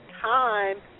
time